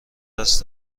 دست